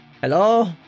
Hello